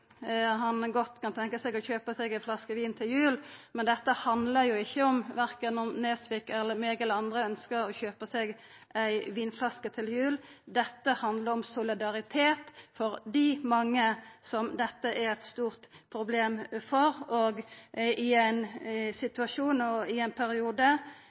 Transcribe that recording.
han godt kan tenkja seg å kjøpa seg ei flaske vin til jul. Men dette handlar ikkje om at Nesvik, eg eller andre ønskjer å kjøpa oss ei vinflaske til jul. Dette handlar om solidaritet med dei mange som dette er eit stort problem for, i ein situasjon og i ein periode